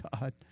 God